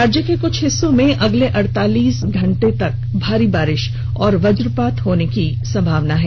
राज्य के क्छ हिस्सों में अगले अड़तालीस घंटे तक भारी बारिश और वज्जपात होने की संभावना है